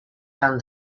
and